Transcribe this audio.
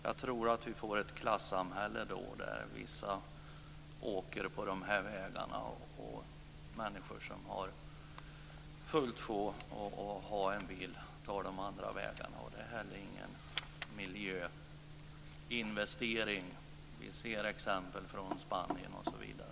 Jag tror att vi får ett klassamhälle då där vissa åker på dessa vägar och människor som har fullt sjå att ha en bil tar de andra vägarna. Det är inte heller någon miljöinvestering. Vi kan se exempel på det från Spanien osv.